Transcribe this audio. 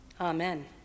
amen